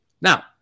Now